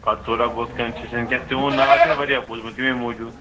پتہٕ تھوڑا بہت کَنسیٚشَن کیٚنٛہہ تِہُنٛد ناو چھُ اَسہِ واریاہ بوٗزمُت تٔمی موٗجوٗب